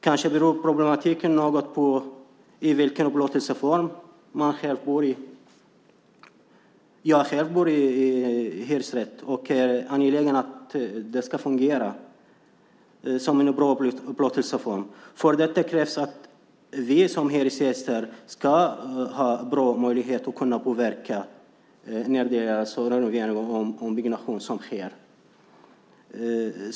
Kanske problemet beror på i vilken upplåtelseform man själv bor. Jag bor själv i hyresrätt, och jag är angelägen om att den ska fungera som upplåtelseform. För detta krävs att vi hyresgäster ska ha bra möjligheter att påverka när större renoveringar och ombyggnationer sker.